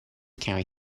carry